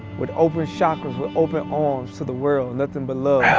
with open chakras, with open arms to the world, nothing but love.